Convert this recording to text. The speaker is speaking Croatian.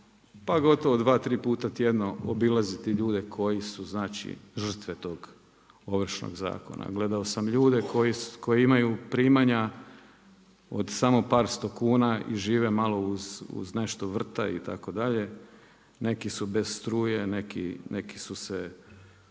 pa gotovo 2, 3 puta tjedno obilaziti ljude koji su žrtve tog ovršnog zakona. Gledao sam ljude koji imaju primanju od samo par 100 kuna i žive malo uz nešto vrta itd. Neki su bez struje, neki su se,